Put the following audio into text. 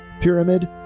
Pyramid